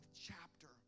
chapter